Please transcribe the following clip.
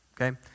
okay